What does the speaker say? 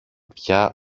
πια